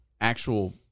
actual